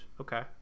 Okay